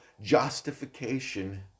justification